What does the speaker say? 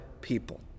people